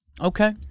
Okay